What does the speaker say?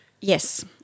Yes